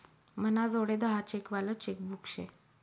मनाजोडे दहा चेक वालं चेकबुक शे